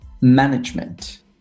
management